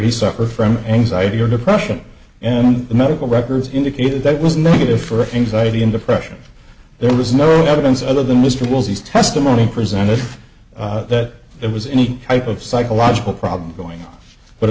he suffered from anxiety or depression and the medical records indicated that was negative for anxiety and depression and there was no evidence other than mr woolsey testimony presented that there was any type of psychological problem going on but